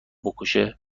بکشه